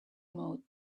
mode